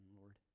Lord